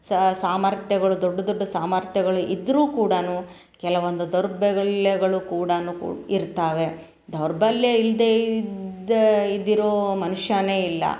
ಸಾಮರ್ಥ್ಯಗಳು ದೊಡ್ಡ ದೊಡ್ಡ ಸಾಮರ್ಥ್ಯಗಳು ಇದ್ದರೂ ಕೂಡಾ ಕೆಲವೊಂದು ದೌರ್ಬೆಗಲ್ಯಗಳು ಕೂಡಾ ಕು ಇರ್ತವೆ ದೌರ್ಬಲ್ಯ ಇಲ್ಲದೆ ಇದ್ದ ಇದ್ದಿರೋ ಮನುಷ್ಯನೇ ಇಲ್ಲ